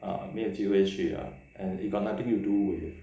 ya 没有机会去啦 and it got nothing to do with